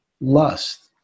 lust